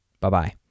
Bye-bye